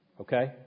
Okay